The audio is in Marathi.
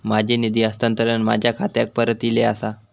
माझो निधी हस्तांतरण माझ्या खात्याक परत इले आसा